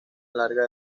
larga